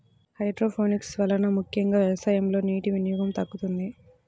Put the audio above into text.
hydroponics వలన ముఖ్యంగా వ్యవసాయంలో నీటి వినియోగం తగ్గుతుంది